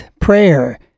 prayer